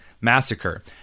massacre